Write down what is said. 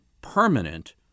permanent